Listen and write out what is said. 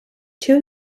two